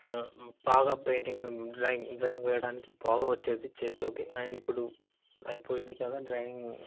బాగా painting drawing drawing వేయడానికి బాగా వచ్చేది చేతులోకి అండ్ ఇప్పుడు అయిపోయింది కదా డ్రాయింగ్